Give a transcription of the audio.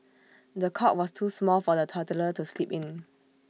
the cot was too small for the toddler to sleep in